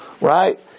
Right